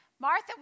Martha